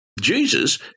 Jesus